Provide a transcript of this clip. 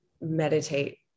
meditate